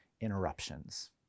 interruptions